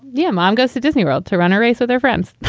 yeah, mom goes to disney world to run a race with their friends